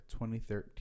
2013